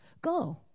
go